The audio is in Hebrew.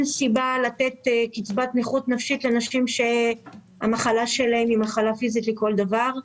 סיבה לתת קצבת נכות נפשית לנשים שהמחלה שלהן היא מחלה פיזית לכל דבר,